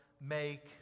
make